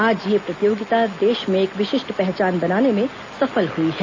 आज यह प्रतियोगिता देश में एक विशिष्ट पहचान बनने में सफल हुई है